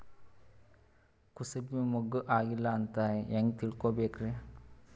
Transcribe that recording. ಕೂಸಬಿ ಮುಗ್ಗ ಆಗಿಲ್ಲಾ ಅಂತ ಹೆಂಗ್ ತಿಳಕೋಬೇಕ್ರಿ?